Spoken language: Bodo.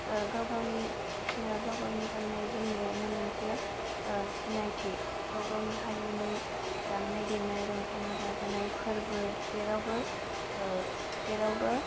गावगावनि गावगावनि गान्नाय जोमनायानो मोनसे मोनसे सिनायथि गावगावनि हारिनि दामनाय देनाय रंजानाय बाजानाय फोरबो जेरावबो जेरावबो